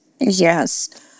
Yes